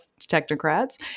technocrats